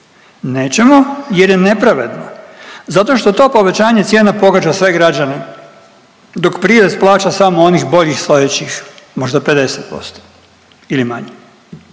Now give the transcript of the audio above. nećemo jer je nepravedno. Zato što to povećanje cijena pogađa sve građane dok prirez plaća samo onih boljih stojećih možda 50% ili manje.